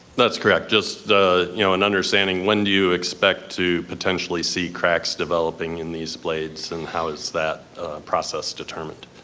that's correct, just an you know and understanding, when do you expect to potentially see cracks developing in these blades and how is that process determined?